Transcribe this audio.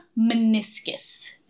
meniscus